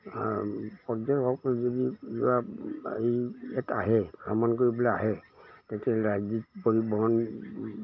আৰু পৰ্যটকসকল যদি যোৱা এই ইয়াত আহে ভ্ৰমণ কৰিবলৈ আহে তেতিয়াহ'লে ৰাজ্যিক পৰিবহণ